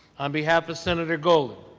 on behalf of senator golden,